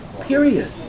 Period